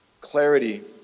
clarity